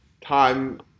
time